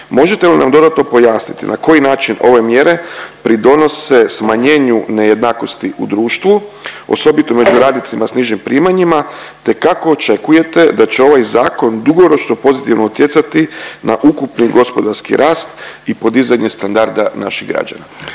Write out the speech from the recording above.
Možete li nam dodatno pojasniti na koji način ove mjere pridonose smanjenju nejednakosti u društvu, osobito među radnicima s nižim primanjima te kako očekujete da će ovaj zakon dugoročno pozitivno utjecati na ukupni gospodarski rast i podizanje standarda naših građana?